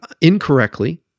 incorrectly